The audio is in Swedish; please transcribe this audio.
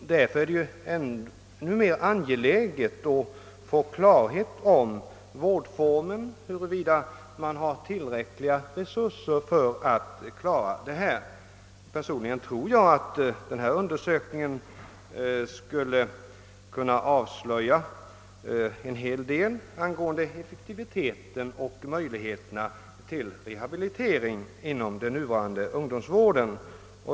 Därför är det ännu mer angeläget att få klarhet om vårdformen, huruvida man har tillräckliga resurser för att sköta verksamheten. Personligen tror jag att ifrågavarande undersökning skulle kunna avslöja en hel del om effektiviteten och möjligheterna till rehabilitering inom den nuvarande unsgdomsvården.